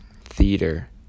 theater